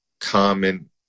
common